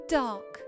dark